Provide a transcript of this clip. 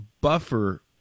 buffer